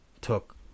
took